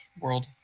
world